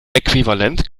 äquivalent